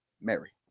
Mary